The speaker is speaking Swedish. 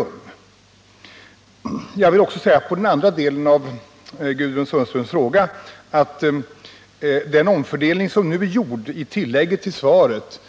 Om den smalspå Jag vill också säga, till den andra delen av Gudrun Sundströms fråga, att riga järnvägen på den omfördelning som nu är gjord, enligt det sista stycket i svaret,